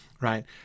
right